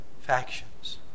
factions